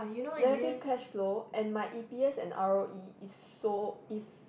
negative cashflow and my e_p_s and r_o_e is so is